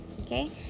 Okay